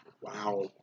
Wow